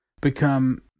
become